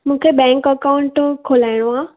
मूंखे bank account खोलाइणो आहे